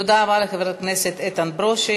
תודה רבה לחבר הכנסת איתן ברושי.